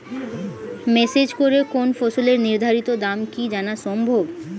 Message করে কোন ফসলের নির্ধারিত দাম কি জানা সম্ভব?